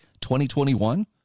2021